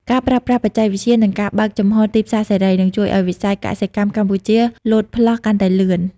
ការប្រើប្រាស់បច្ចេកវិទ្យា និងការបើកចំហរទីផ្សារសេរី នឹងជួយឱ្យវិស័យកសិកម្មកម្ពុជាលោតផ្លោះកាន់តែលឿន។